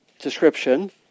description